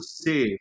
say